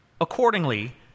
Accordingly